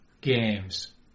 games